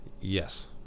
Yes